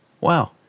Wow